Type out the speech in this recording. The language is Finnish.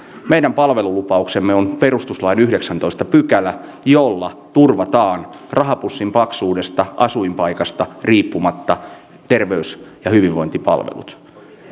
meidän palvelulupauksemme on perustuslain yhdeksästoista pykälä jolla turvataan rahapussin paksuudesta asuinpaikasta riippumatta terveys ja hyvinvointipalvelut